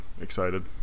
excited